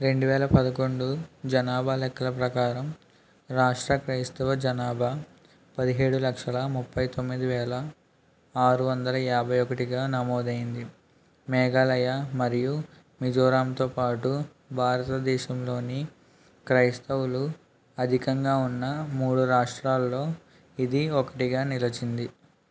రెండువేల పదకొండు జనాభా లెక్కల ప్రకారం రాష్ట్ర క్రైస్తవ జనాభా పదిహేడు లక్షల ముప్పై తొమ్మిది వేల ఆరు వందల యాభై ఒకటిగా నమోదైంది మేఘాలయ మరియు మిజోరాంతో పాటు భారతదేశంలోని క్రైస్తవులు అధికంగా ఉన్న మూడు రాష్ట్రాల్లో ఇది ఒకటిగా నిలిచింది